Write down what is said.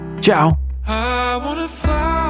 Ciao